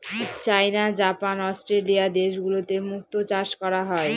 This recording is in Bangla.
চাইনা, জাপান, অস্ট্রেলিয়া দেশগুলোতে মুক্তো চাষ করা হয়